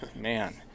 man